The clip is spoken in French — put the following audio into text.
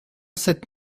sept